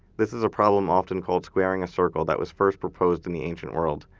this is a problem often called squaring a circle that was first proposed in the ancient world.